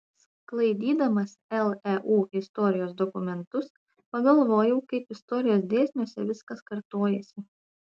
sklaidydamas leu istorijos dokumentus pagalvojau kaip istorijos dėsniuose viskas kartojasi